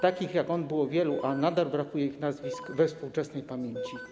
Takich jak on było wielu, a nadal brakuje ich nazwisk we współczesnej pamięci.